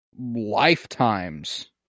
Lifetimes